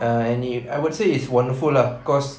and if I would say it's wonderful lah cause